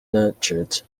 nurtured